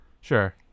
sure